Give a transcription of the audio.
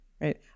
right